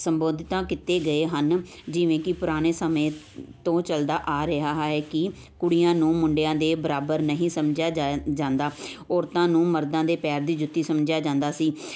ਸੰਬੋਧਤਾ ਕੀਤੀ ਗਏ ਹਨ ਜਿਵੇਂ ਕਿ ਪੁਰਾਣੇ ਸਮੇਂ ਤੋਂ ਚੱਲਦਾ ਆ ਰਿਹਾ ਹੈ ਕਿ ਕੁੜੀਆਂ ਨੂੰ ਮੁੰਡਿਆਂ ਦੇ ਬਰਾਬਰ ਨਹੀਂ ਸਮਝਿਆ ਜਾ ਜਾਂਦਾ ਔਰਤਾਂ ਨੂੰ ਮਰਦਾਂ ਦੇ ਪੈਰ ਦੀ ਜੁੱਤੀ ਸਮਝਿਆ ਜਾਂਦਾ ਸੀ